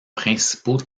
principaux